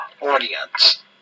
audience